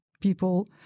people